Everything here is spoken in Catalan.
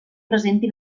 presenti